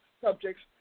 subjects